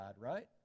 right